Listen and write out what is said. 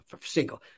single